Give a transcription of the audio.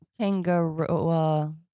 Tangaroa